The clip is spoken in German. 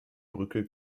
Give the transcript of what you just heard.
brücke